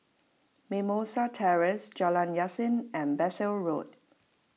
Mimosa Terrace Jalan Yasin and Bassein Road